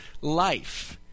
life